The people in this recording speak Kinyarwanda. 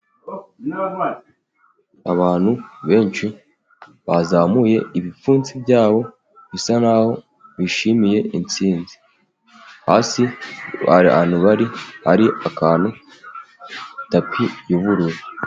Abantu benshi bazamuye ibipfunsi byabo, bisa naho bishimiye intsinzi, hasi hari ahantu hari akantu, tapi y'ubururu.